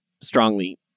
strongly